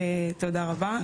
תודה רבה.